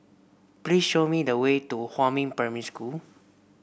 please show me the way to Huamin Primary School